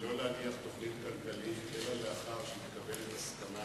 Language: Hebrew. שלא להניח תוכנית כלכלית אלא לאחר שיקבל את הסכמת